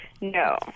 No